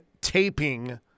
taping